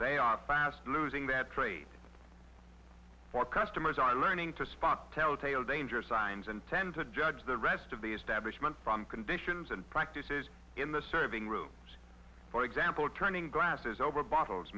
they are fast losing that trade for customers are learning to spot telltale danger signs and tend to judge the rest of the establishment from conditions and practices in the serving room for example turning glasses over bottles